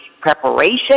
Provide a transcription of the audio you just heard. preparation